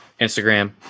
Instagram